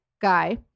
Guy